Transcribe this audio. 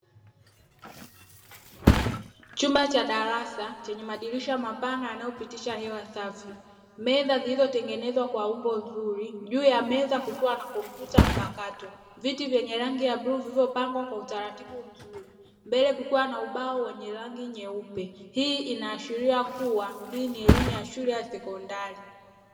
Chumba cha darasa chenye madirisha mapana yanayopitisha hewa safi, meza zilizotengenezwa kwa umbo zuri juu ya meza kukiwa na kompyuta mpakato viti vyenye rangi ya bluu vilivyopangwa kwa utaratibu mzuri, mbele kukiwa na ubao wenye rangi nyeupe. Hii inaashiria kuwa hii ni elimu ya shule ya sekondari.